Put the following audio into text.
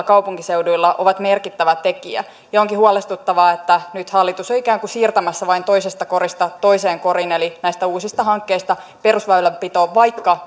kaupunkiseuduilla ovat merkittävä tekijä onkin huolestuttavaa että nyt hallitus on ikään kuin siirtämässä vain toisesta korista toiseen koriin eli näistä uusista hankkeista perusväylänpitoon vaikka